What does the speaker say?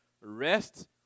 Rest